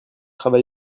travail